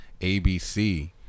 ABC